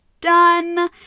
done